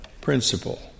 principle